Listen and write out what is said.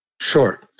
Sure